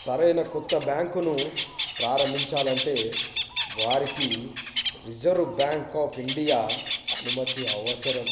సరైన కొత్త బ్యాంకును ప్రారంభించాలంటే వారికి రిజర్వ్ బ్యాంక్ ఆఫ్ ఇండియా అనుమతి అవసరం